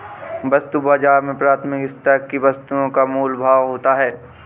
वस्तु बाजार में प्राथमिक स्तर की वस्तुओं का मोल भाव होता है